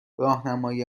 راهنمای